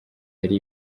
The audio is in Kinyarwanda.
yari